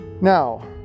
Now